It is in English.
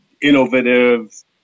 innovative